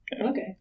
Okay